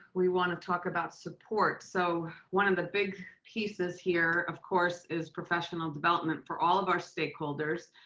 we wanna talk about support. so one of the big pieces here of course is professional development for all of our stakeholders.